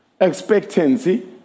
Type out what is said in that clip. Expectancy